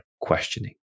questioning